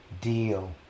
deal